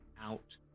out